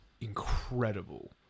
incredible